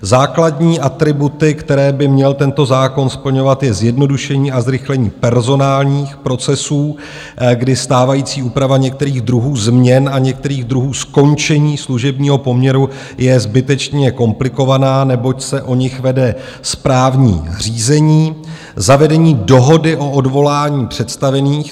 Základní atributy, které by měl tento zákon splňovat, je zjednodušení a zrychlení personálních procesů, kdy stávající úprava některých druhů změn a některých druhů skončení služebního poměru je zbytečně komplikovaná, neboť se o nich vede správní řízení, zavedení dohody o odvolání představených.